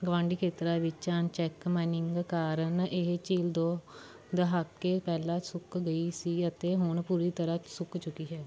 ਗੁਆਂਢੀ ਖੇਤਰਾਂ ਵਿੱਚ ਅਨ ਚੈੱਕ ਮਾਈਨਿੰਗ ਕਾਰਨ ਇਹ ਝੀਲ ਦੋ ਦਹਾਕੇ ਪਹਿਲਾਂ ਸੁੱਕ ਗਈ ਸੀ ਅਤੇ ਹੁਣ ਪੂਰੀ ਤਰ੍ਹਾਂ ਸੁੱਕ ਚੁੱਕੀ ਹੈ